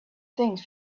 things